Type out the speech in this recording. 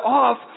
off